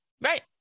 Right